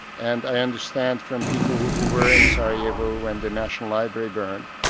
and i understand from people who were in sarajevo when the national library burned,